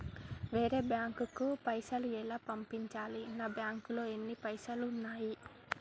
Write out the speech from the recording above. వేరే బ్యాంకుకు పైసలు ఎలా పంపించాలి? నా బ్యాంకులో ఎన్ని పైసలు ఉన్నాయి?